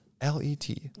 L-E-T